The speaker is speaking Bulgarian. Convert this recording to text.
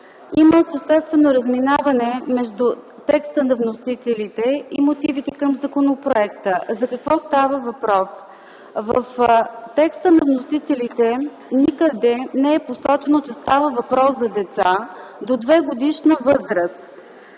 има съществено разминаване между текста на вносителите и мотивите към законопроекта. За какво става въпрос? В текста на вносителите никъде не е посочено, че става въпрос за деца до 2-годишна възраст.